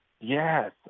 Yes